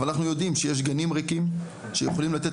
אבל אנחנו יודעים שיש גנים ריקים שיכולים לתת